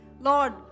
Lord